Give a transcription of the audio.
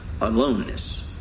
aloneness